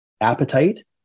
appetite